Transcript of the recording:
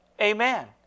Amen